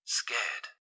scared